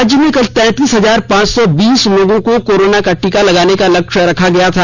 राज्य में कल तैंतीस हजार पांच सौ बीस लोगों को कारोना का टीका लगाने का लक्ष्य रखा गया था